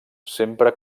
sempre